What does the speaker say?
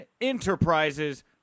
Enterprises